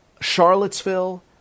Charlottesville